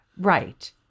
Right